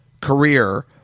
career